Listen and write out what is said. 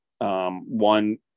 one